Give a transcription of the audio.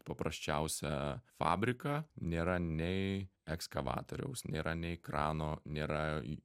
paprasčiausią fabriką nėra nei ekskavatoriaus nėra nei krano nėra